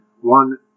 one